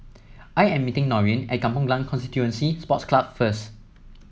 I am meeting Norene at Kampong Glam Constituency Sports Club first